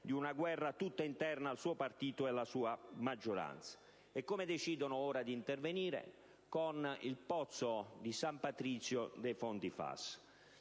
di una guerra tutta interna al suo partito e alla sua maggioranza. E come decidono ora di intervenire? Con il pozzo di San Patrizio dei fondi FAS.